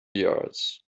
yards